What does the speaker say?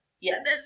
Yes